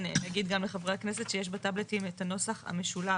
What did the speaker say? אני אגיד גם לחברי הכנסת שיש בטאבלטים את הנוסח המשולב.